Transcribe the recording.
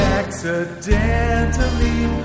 accidentally